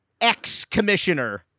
ex-commissioner